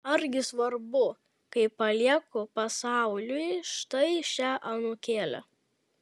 argi svarbu kai palieku pasauliui štai šią anūkėlę